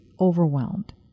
overwhelmed